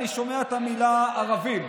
אני שומע את המילה "ערבים".